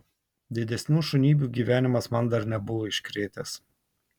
didesnių šunybių gyvenimas man dar nebuvo iškrėtęs